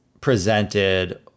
presented